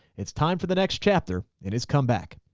it's time for the next chapter in his comeback.